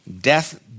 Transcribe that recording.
Death